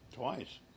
Twice